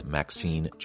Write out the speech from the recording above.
Maxine